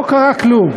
לא קרה כלום,